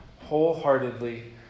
wholeheartedly